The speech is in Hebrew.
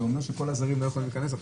זה אומר שכל הזרים לא יכולים להיכנס עכשיו.